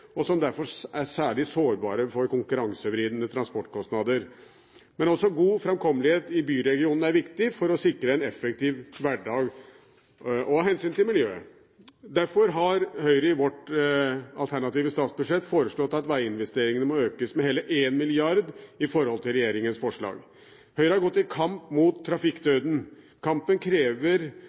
og som derfor er særlig sårbare for konkurransevridende transportkostnader. Men også god framkommelighet i byregionene er viktig for å sikre en effektiv hverdag og hensynet til miljøet. Derfor har Høyre i sitt alternative statsbudsjett foreslått at veginvesteringene må økes med hele 1 mrd. kr i forhold til regjeringens forslag. Høyre har gått til kamp mot trafikkdøden. Kampen krever